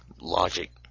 logic –